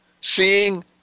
Seeing